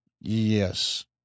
Yes